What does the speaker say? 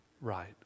right